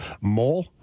Mole